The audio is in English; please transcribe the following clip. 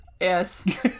Yes